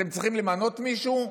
אתם צריכים למנות מישהו?